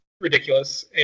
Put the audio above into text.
ridiculous